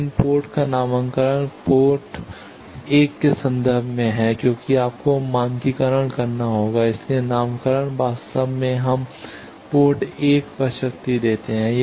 लेकिन पोर्ट का नामकरण पोर्ट 1 के संदर्भ में है क्योंकि आपको मानकीकरण करना होगा इसलिए नामकरण वास्तव में हम पोर्ट 1 पर शक्ति देते हैं